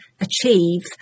achieve